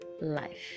life